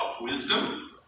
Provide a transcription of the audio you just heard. Wisdom